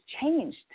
changed